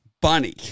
Bunny